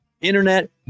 Internet